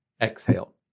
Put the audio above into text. exhale